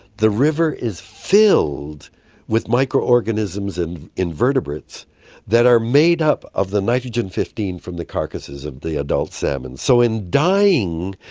the river is filled with microorganisms and invertebrates that are made up of the nitrogen fifteen from the carcasses of the adult salmon. so in dying,